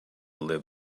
live